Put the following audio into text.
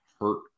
hurt